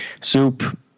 soup